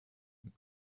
them